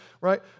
Right